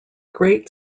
great